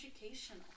educational